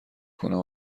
کنم